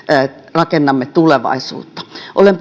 rakennamme tulevaisuutta olen